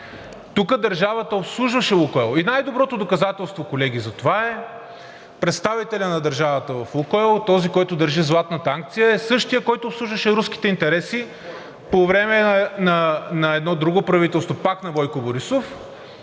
Тук държавата обслужваше „Лукойл”. И най-доброто доказателство, колеги, за това е представителят на държавата в „Лукойл”, този, който държи златната акция, е същият, който обслужваше руските интереси по време на едно друго правителство – пак на Бойко Борисов,